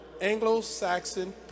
Anglo-Saxon